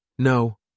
No